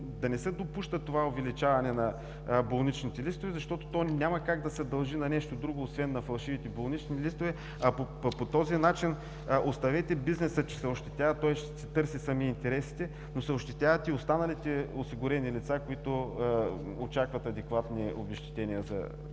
да не се допуска увеличаването на болничните листове, защото то няма как да се дължи на нещо друго, освен на фалшивите болнични листове. По този начин, оставете че бизнесът се ощетява, той ще си търси интересите, но се ощетяват и останалите осигурени лица, които очакват адекватни обезщетения за